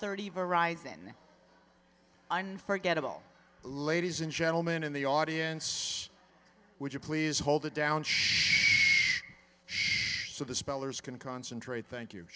thirty varieties in unforgettable ladies and gentlemen in the audience would you please hold it down so the spellers can concentrate thank you